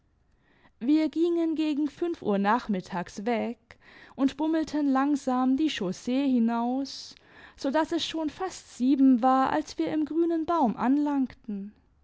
wir gingen gegen fünf uhr nachmittags weg imd bummelten langsam die chaussee hinaus so daß es schon fast sieben war als wir im grünen baum anlangten